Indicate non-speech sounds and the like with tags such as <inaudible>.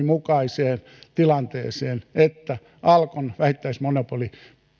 <unintelligible> mukaiseen tilanteeseen että alkon vähittäismonopoli